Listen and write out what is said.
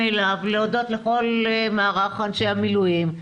להודות לכל מערך אנשי המילואים,